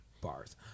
Bars